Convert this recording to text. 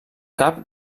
cap